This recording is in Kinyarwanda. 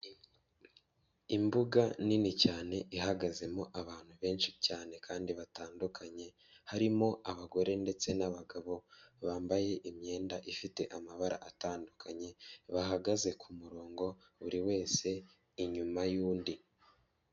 Imbuga nini cyane ihagazemo abantu benshi cyane kandi batandukanye, harimo abagore ndetse n'abagabo bambaye imyenda ifite amabara atandukanye bahagaze ku murongo buri wese inyuma y'undi.